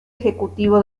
ejecutivo